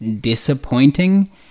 disappointing